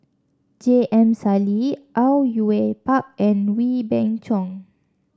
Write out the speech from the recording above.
J M Sali Au Yue Pak and Wee Beng Chong